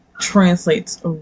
translates